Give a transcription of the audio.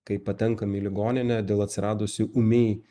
kai patenkam į ligoninę dėl atsiradusių ūmiai